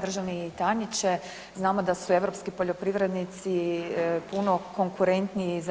Državni tajniče, znamo da su europski poljoprivrednici puno konkurentniji